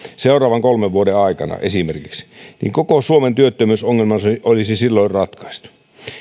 seuraavan kolmen vuoden aikana niin koko suomen työttömyysongelma olisi silloin ratkaistu